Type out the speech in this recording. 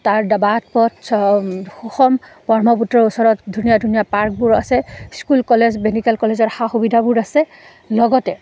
তাৰ বাট পথ চ সুষম ব্ৰহ্মপুত্ৰৰ ওচৰত ধুনীয়া ধুনীয়া পাৰ্কবোৰ আছে স্কুল কলেজ মেডিকেল কলেজৰ সা সুবিধাবোৰ আছে লগতে